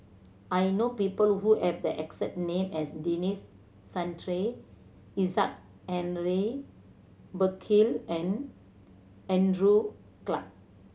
I know people who have the exact name as Denis Santry Isaac Henry Burkill and Andrew Clarke